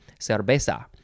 cerveza